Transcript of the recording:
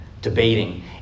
debating